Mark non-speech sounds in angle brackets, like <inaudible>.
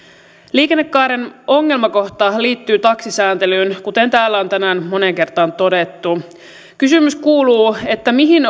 liikennekaaren ongelmakohta liittyy taksisääntelyyn kuten täällä on tänään moneen kertaan todettu kysymys kuuluu mihin <unintelligible>